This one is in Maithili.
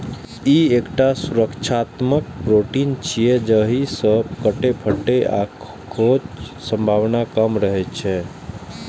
ई एकटा सुरक्षात्मक प्रोटीन छियै, जाहि सं कटै, फटै आ खोंचक संभावना कम रहै छै